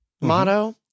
motto